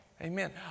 Amen